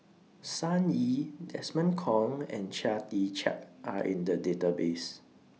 Sun Yee Desmond Kon and Chia Tee Chiak Are in The Database